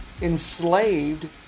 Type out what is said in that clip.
enslaved